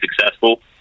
successful